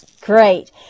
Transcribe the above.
Great